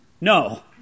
No